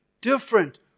different